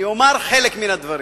אבל חלק, אני אומר חלק מן הדברים.